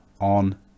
on